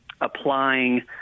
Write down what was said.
applying